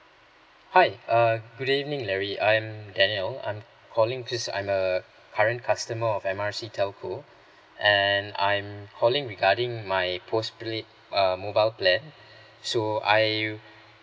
hi err good evening larry I'm daniel I'm calling this I'm the current customer of M R C telco and I'm calling regarding my postpaid uh mobile plan so I